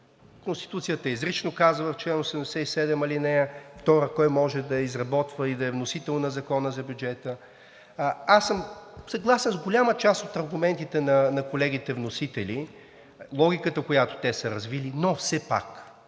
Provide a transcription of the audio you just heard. Конституцията изрично казва в чл. 87, ал. 2 кой може да изработва и да е вносител на Закона за бюджета. Аз съм съгласен с голяма част от аргументите на колегите вносители, логиката, която те са развили, но все пак